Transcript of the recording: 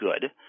good